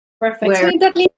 Perfect